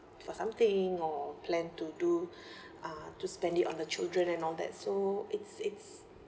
for something or plan to do uh to spend it on the children and all that so it's it's